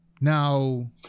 Now